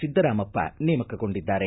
ಸಿದ್ದರಾಮಪ್ಪ ನೇಮಕಗೊಂಡಿದ್ದಾರೆ